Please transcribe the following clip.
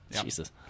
Jesus